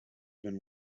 been